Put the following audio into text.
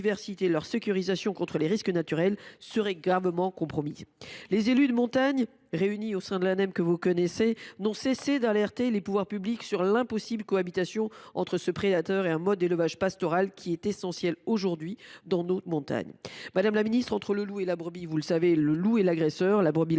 Madame la ministre, entre le loup et la brebis, le loup est l’agresseur